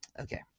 Okay